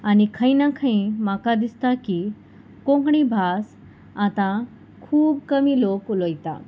आनी खंय ना खंय म्हाका दिसता की कोंकणी भास आतां खूब कमी लोक उलयता